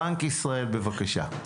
בנק ישראל, בבקשה.